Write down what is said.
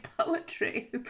poetry